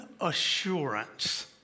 assurance